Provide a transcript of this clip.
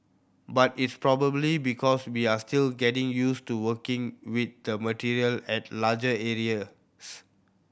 but it's probably because we are still getting used to working with the material at large areas